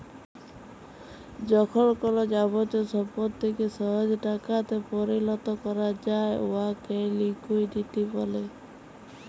যখল কল যাবতীয় সম্পত্তিকে সহজে টাকাতে পরিলত ক্যরা যায় উয়াকে লিকুইডিটি ব্যলে